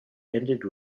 ended